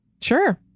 Sure